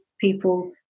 people